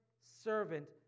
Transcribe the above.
servant